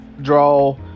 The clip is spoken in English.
draw